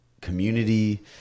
community